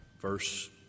verse